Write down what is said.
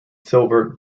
silver